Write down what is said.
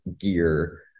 gear